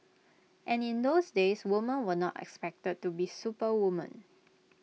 and in those days women were not expected to be superwomen